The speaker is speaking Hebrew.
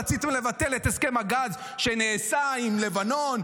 רציתם לבטל את הסכם הגז שנעשה עם לבנון,